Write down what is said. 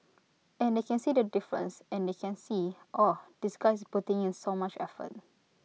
and they can see the difference and they can see oh this guy is putting in so much effort